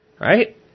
Right